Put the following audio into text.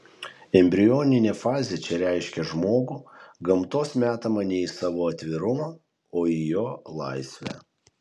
embrioninė fazė čia reiškia žmogų gamtos metamą ne į savo atvirumą o į jo laisvę